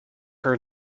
her